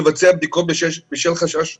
לבצע בדיקות בשל חשש מהקורונה.